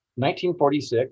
1946